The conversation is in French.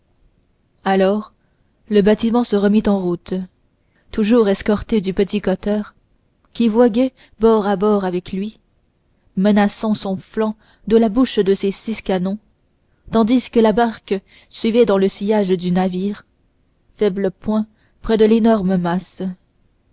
alors le bâtiment se remit en route toujours escorté du petit cutter qui voguait bord à bord avec lui menaçant son flanc de la bouche de ses six canons tandis que la barque suivait dans le sillage du navire faible point près de l'énorme masse